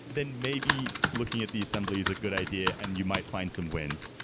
then maybe looking at the assembly is a good idea and you might find some wins.